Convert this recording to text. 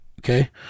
okay